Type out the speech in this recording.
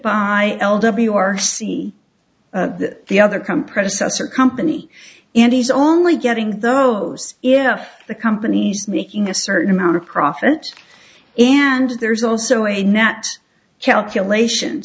by l w r c the other come predecessor company and he's only getting those if the company's making a certain amount of profit and there's also a net calculation